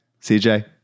CJ